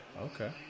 okay